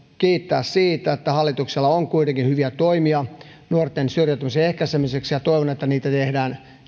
kiittää siitä että hallituksella on kuitenkin hyviä toimia nuorten syrjäytymisen ehkäisemiseksi ja toivon että niitä tehdään